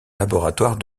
laboratoire